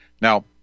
Now